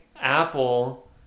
Apple